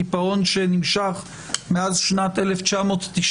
קיפאון שנמשך מאז שנת 1995,